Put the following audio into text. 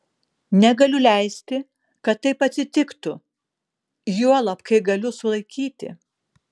negaliu leisti kad taip atsitiktų juolab kai galiu sulaikyti